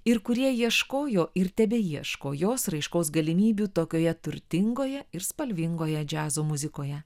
ir kurie ieškojo ir tebeieško jos raiškos galimybių tokioje turtingoje ir spalvingoje džiazo muzikoje